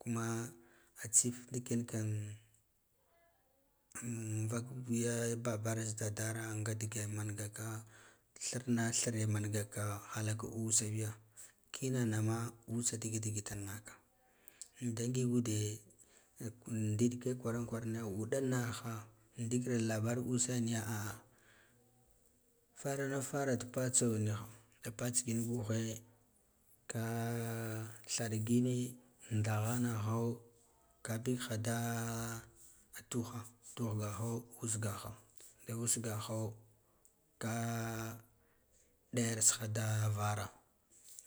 Kuma a tsif ndiken kann vak ya ba bar zi dadara nga dige mangaka thirna thire mangaka halak usa biya kina na ma usa digid-digid haka da ngid ude an ndil ke udan naha ndikira labaran usa niya a faranfara di patso niha patging guhe ka thalgi ne ndaghana ho ua bigka ba fuha tuhagaho usgaho da usgaho ka ɗiyar ha vara